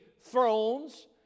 thrones